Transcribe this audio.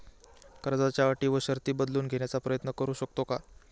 कर्जाच्या अटी व शर्ती बदलून घेण्याचा प्रयत्न करू शकतो का?